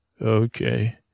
Okay